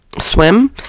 swim